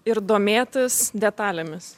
ir domėtis detalėmis